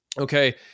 okay